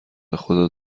بخدا